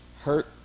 Hurt